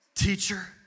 teacher